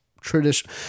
tradition